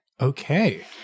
Okay